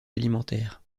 alimentaires